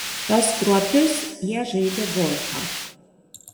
pas kruopius jie žaidė golfą